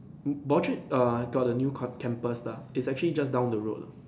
Broadrick err got a new co~ campus lah it's actually just down the road lah